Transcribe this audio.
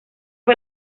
fue